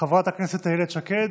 חברת הכנסת איילת שקד,